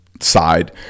Side